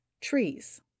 trees